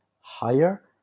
higher